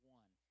one